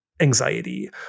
Anxiety